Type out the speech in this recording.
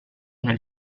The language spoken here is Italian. nel